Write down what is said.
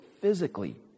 physically